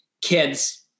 Kids